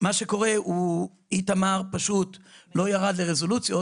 מה שקורה הוא איתמר פשוט לא ירד לרזולוציות,